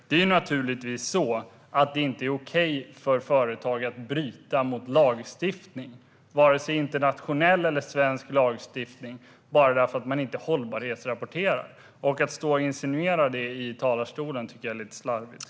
Det är naturligtvis inte okej för företag att bryta mot vare sig internationell eller svensk lagstiftning bara därför att de inte hållbarhetsrapporterar. Att stå och insinuera det i talarstolen tycker jag är lite slarvigt.